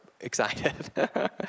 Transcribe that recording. excited